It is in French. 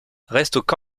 restent